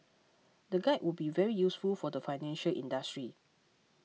the guide would be very useful for the financial industry